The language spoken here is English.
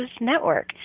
Network